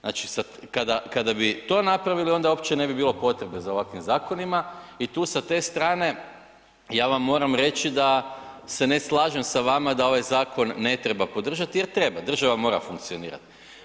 Znači kada bi to napravili onda uopće ne bi bilo potrebe za ovakvim zakonima i tu sa te strane ja vam moram reći da se ne slažem s vama da ovaj zakon ne treba podržati jer treba, država mora funkcionirati.